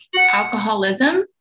alcoholism